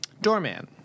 Doorman